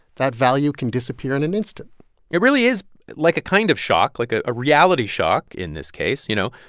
that value can disappear in an instant it really is like a kind of shock, like, ah a reality shock in this case, you know,